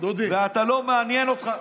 ולא מעניין אותך,